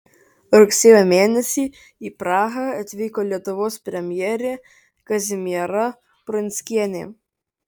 rugsėjo mėnesį į prahą atvyko lietuvos premjerė kazimiera prunskienė